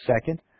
Second